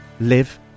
live